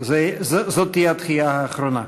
זאת תהיה הדחייה האחרונה.